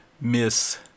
Miss